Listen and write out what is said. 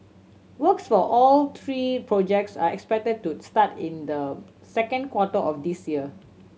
works for all three projects are expected to start in the second quarter of this year